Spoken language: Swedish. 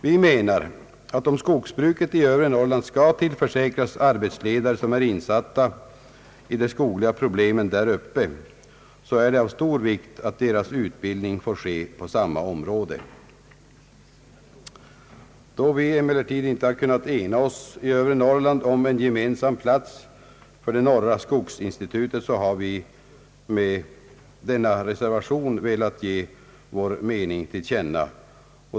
Vi menar att om skogsbruket i övre Norrland skall tillförsäkras arbetsledare som är insatta i de skogliga problemen där uppe så är det av stor vikt att deras utbildning får ske inom samma område. Då vi emellertid inte har kunnat ena oss i övre Norrland om en gemensam plats för det norra skogsinstitutet har vi med denna reservation velat ge vår mening till känna.